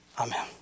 Amen